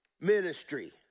ministry